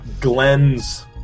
Glenn's